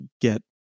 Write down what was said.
get